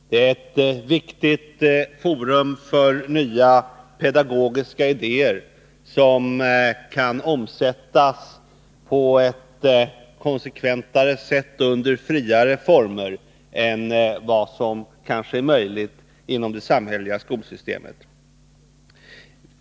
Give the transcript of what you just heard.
De är ett viktigt forum för nya pedagogiska idéer, som kan omsättas på ett mer konsekvent sätt under friare former än vad som kanske är möjligt inom det samhälleliga skolsystemet.